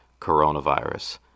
coronavirus